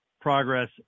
progress